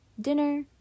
Dinner